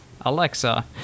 Alexa